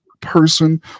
person